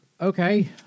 okay